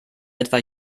etwa